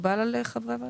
מקובל על חברי הוועדה?